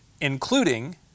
including